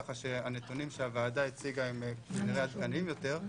כך שהנתונים שהוועדה הציגה הם כנראה העדכניים יותר.